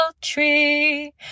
tree